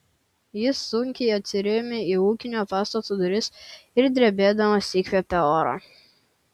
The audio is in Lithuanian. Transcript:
jis sunkiai atsirėmė į ūkinio pastato duris ir drebėdamas įkvėpė oro